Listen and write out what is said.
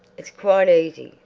it's quite easy,